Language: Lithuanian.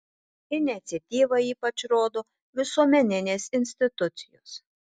iniciatyvą ypač rodo visuomeninės institucijos